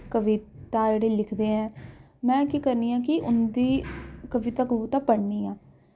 कविता जेह्ड़े लिखदे ऐ मैं केह् करनी आं कि उं'दी कविता कवूता पढ़नी आं